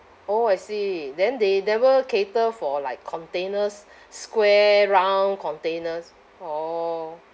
orh I see then they never cater for like containers square round containers orh